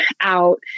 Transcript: out